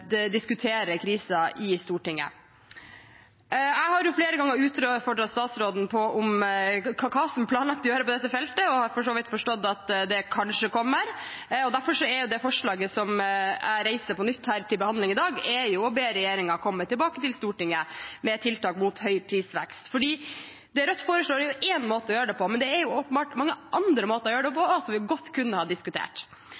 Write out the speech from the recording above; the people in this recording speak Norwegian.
diskuterer krisen i Stortinget. Jeg har flere ganger utfordret statsråden på hva som er planlagt å gjøre på dette feltet, og jeg har for så vidt forstått at det kanskje kommer. Derfor er det forslaget jeg reiser på nytt her til behandling i dag, å be regjeringen komme tilbake til Stortinget med tiltak mot høy prisvekst. Det Rødt foreslår, er én måte å gjøre det på, men det er åpenbart mange andre måter å gjøre det